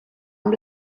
amb